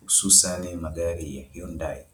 hususani magari ya Hyundai.